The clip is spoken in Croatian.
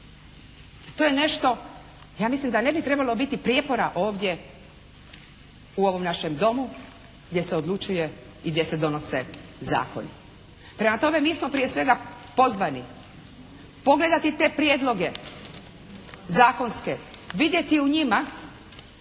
To je nešto, ja mislim da ne bi trebalo biti prijepora ovdje u ovom našem Domu gdje se odlučuje i gdje se donose zakoni. Prema tome, mi smo prije svega pozvani pogledati te prijedloge zakonske, vidjeti u njima